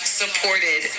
supported